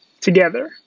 together